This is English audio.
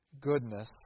goodness